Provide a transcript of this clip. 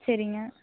சரிங்க